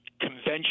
convention